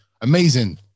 Amazing